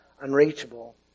unreachable